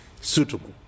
suitable